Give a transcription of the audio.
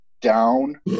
down